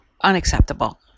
unacceptable